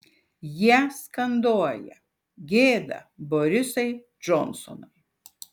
jie skanduoja gėda borisai džonsonai